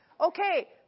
Okay